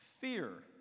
fear